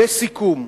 לסיכום,